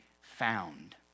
found